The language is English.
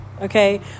okay